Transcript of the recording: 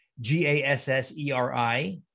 G-A-S-S-E-R-I